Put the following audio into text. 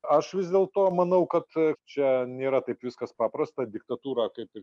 aš vis dėl to manau kad čia nėra taip viskas paprasta diktatūra kaip ir